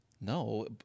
no